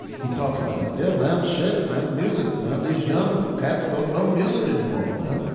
he talks about that. yeah, man, shit, man, music, man, these young cats don't know music anymore, man.